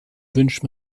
wünscht